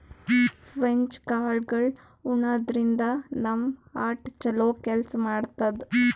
French ಕಾಳ್ಗಳ್ ಉಣಾದ್ರಿನ್ದ ನಮ್ ಹಾರ್ಟ್ ಛಲೋ ಕೆಲ್ಸ್ ಮಾಡ್ತದ್